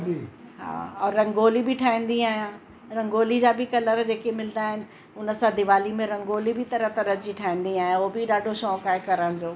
रंगोली हा और रंगोली बि ठाहींदी आहियां रंगोली जा बि कलर जेके मिलंदा आहिनि उन सां दिवाली में रंगोली बि तरह तरह जी ठाहींदी आहियां उहो बि ॾाढो शौक़ु आहे करण जो